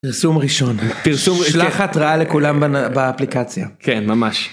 פרסום ראשון פרסום שלח התראה לכולם באפליקציה כן ממש.